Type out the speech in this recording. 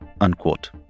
unquote